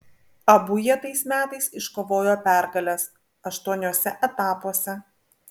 abu jie tais metais iškovojo pergales aštuoniuose etapuose